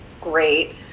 great